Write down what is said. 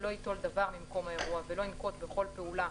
לא ייטול דבר ממקום האירוע ולא ינקוט בכל פעולה,